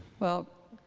well,